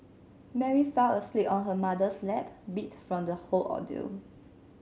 Mary fell asleep on her mother's lap beat from the whole ordeal